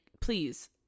please